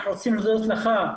אנחנו רוצים להודות לך,